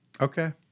Okay